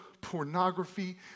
pornography